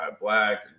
black